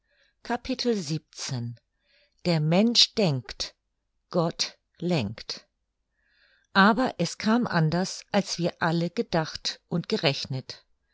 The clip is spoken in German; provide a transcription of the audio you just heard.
der mensch denkt gott lenkt aber es kam anders als wir alle gedacht und gerechnet